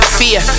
fear